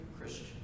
Christian